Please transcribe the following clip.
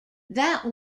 that